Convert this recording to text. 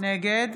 נגד